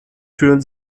fühlen